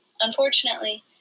Unfortunately